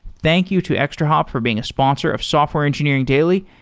thank you to extrahop for being a sponsor of software engineering daily,